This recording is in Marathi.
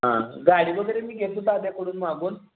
हां गाडी वगैरे मी घेतो साद्याकडून मागून